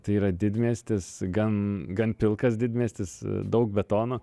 tai yra didmiestis gan gan pilkas didmiestis daug betono